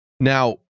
Now